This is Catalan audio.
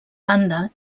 banda